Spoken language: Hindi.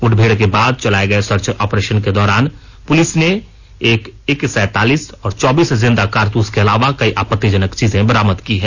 मुठभेड़ के बाद चलाए गए सर्च आपरेशन के दौरान पुलिस ने एक एके सैतालीस और चौबीस जिंदा कारतूस के अलावा कई आपत्तिजनक चीजें बरामद की हैं